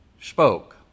spoke